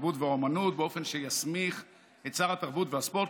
התרבות והאומנות באופן שיסמיך את שר התרבות והספורט